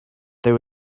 there